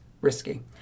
risky